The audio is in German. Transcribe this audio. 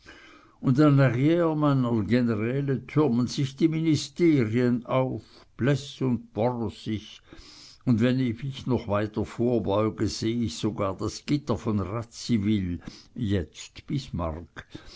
meiner generäle türmen sich die ministerien auf und pleß und borsig und wenn ich mich noch weiter vorbeuge seh ich sogar das gitter von radziwill jetzt